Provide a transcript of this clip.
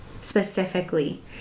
specifically